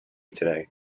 today